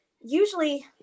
Usually